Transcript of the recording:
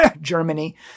Germany